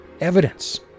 evidence